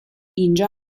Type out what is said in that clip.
اینجا